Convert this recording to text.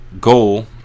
goal